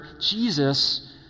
Jesus